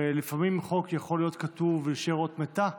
ולפעמים חוק יכול להיות כתוב ולהישאר אות מתה,